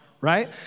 right